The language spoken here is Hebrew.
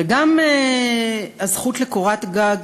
וגם הזכות לקורת גג,